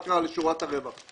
מה קרה לשורת הרווח.